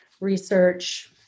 research